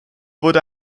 wurde